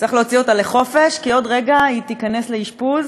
צריך להוציא אותה לחופש כי עוד רגע היא תיכנס לאשפוז.